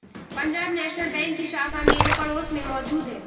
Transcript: Punjab national bank की शाखा मेरे पड़ोस में मौजूद है